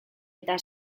eta